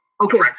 Okay